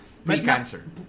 pre-cancer